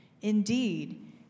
Indeed